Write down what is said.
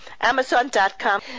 Amazon.com